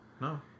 No